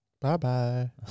Bye-bye